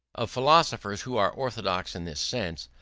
of philosophers who are orthodox in this sense,